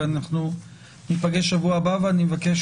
אנחנו ניפגש שבוע הבא ואני מבקש